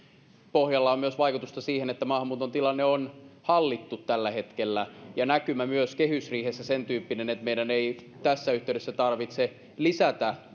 päätöksillä on myös vaikutusta siihen että maahanmuuton tilanne on hallittu tällä hetkellä ja näkymä on myös kehysriihessä sentyyppinen että meidän ei tässä yhteydessä tarvitse lisätä